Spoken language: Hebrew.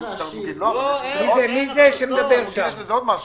אני עושה לרגע הפסקה.